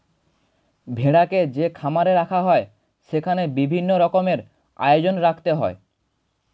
ভেড়াকে যে খামারে রাখা হয় সেখানে বিভিন্ন রকমের আয়োজন রাখতে হয়